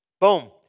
Boom